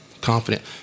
confident